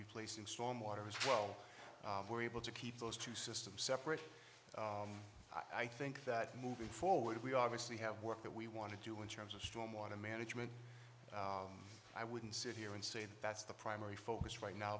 replace in storm water is well we're able to keep those two systems separate i think that moving forward we obviously have work that we want to do in terms of storm want to management i wouldn't sit here and say that that's the primary focus right now